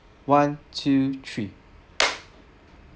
one two three